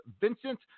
Vincent